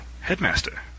Headmaster